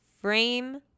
frame